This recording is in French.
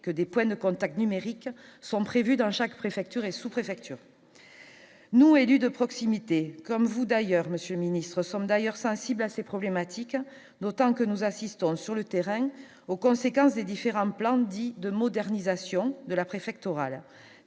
que des points de contact numériques sont prévus dans chaque préfecture et sous-préfecture nous élus de proximité, comme vous d'ailleurs Monsieur ministre sont d'ailleurs sensibles à ces problématiques, d'autant que nous assistons sur le terrain aux conséquences des différents plans, dit de modernisation de la préfectorale,